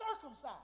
circumcised